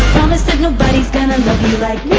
that nobody's gonna